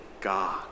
God